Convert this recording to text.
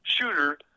shooter